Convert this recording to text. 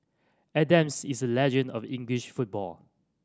Adams is a legend of English football